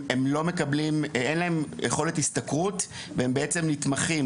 אין להם יכולת השתכרות והם בעצם נתמכים